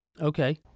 Okay